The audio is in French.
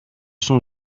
son